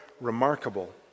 remarkable